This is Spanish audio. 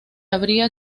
habría